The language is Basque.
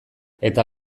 eta